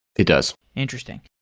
it does interesting.